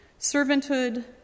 servanthood